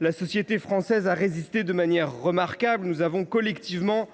la société française a résisté de manière remarquable. Nous avons fait, ensemble,